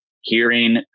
hearing